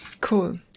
cool